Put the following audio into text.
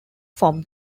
from